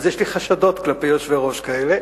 אז יש לי חשדות כלפי יושבי-ראש כאלה.